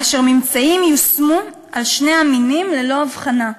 והממצאים יושמו על שני המינים ללא הבחנה.